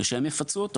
ושהם יפצו אותו.